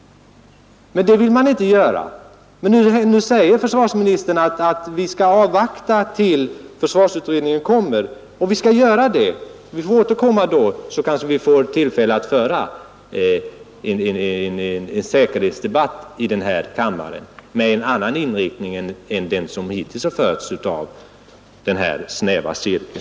Men det vill man inte. Försvarsministern säger nu 133 att vi skall avvakta vad försvarsutredningen kommer med. Ja, vi skall återkomma då, så kanske vi får tillfälle att i denna kammare föra en säkerhetsdebatt med en annan inriktning än den debatt som hittills förts inom en snäv cirkel,